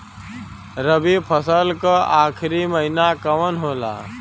रवि फसल क आखरी महीना कवन होला?